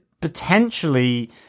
potentially